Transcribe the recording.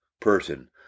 person